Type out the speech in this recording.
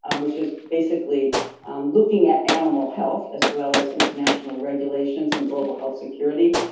um which is basically looking at animal health, as well as international regulations and global health security.